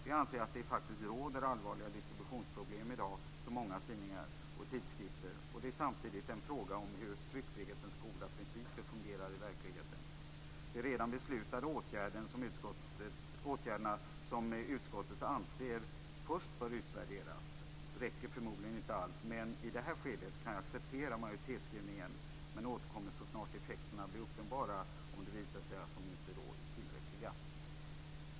Vi anser att det i dag råder allvarliga distributionsproblem för många tidningar och tidskrifter. Det är samtidigt en fråga om hur tryckfrihetens goda principer fungerar i verkligheten. De redan beslutade åtgärderna, som utskottet anser först bör utvärderas, räcker förmodligen inte alls. Jag kan ändå i det här skedet acceptera majoritetsskrivningen. Jag återkommer dock om det blir uppenbart att effekterna inte är tillräckliga.